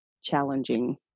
challenging